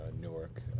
Newark